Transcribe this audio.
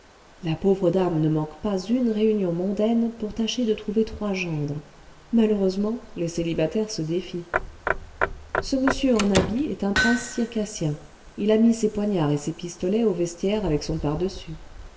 la pauvre dame ne manque pas une réunion mondaine pour tâcher de trouver trois gendres malheureusement lés célibataires se défient ce monsieur en habit est un prince circassien il a mis ses poignards et ses pistolets au vestiaire avec son pardessus